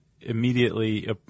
immediately